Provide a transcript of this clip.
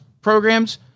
programs